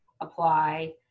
apply